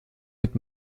mit